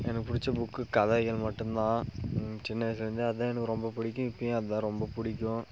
எனக்கு பிடிச்ச புக்கு கதைகள் மட்டுந்தான் சின்ன வயிசுலந்தே அதான் எனக்கு ரொம்ப பிடிக்கும் இப்போயும் அதான் ரொம்ப பிடிக்கும்